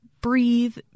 breathe